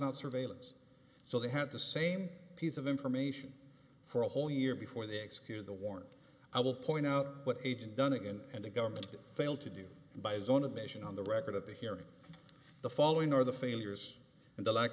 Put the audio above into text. not surveillance so they had the same piece of information for a whole year before they executed the warrant i will point out what agent dunnigan and the government failed to do by his own admission on the record at the hearing the following are the failures and the lack